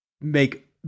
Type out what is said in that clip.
make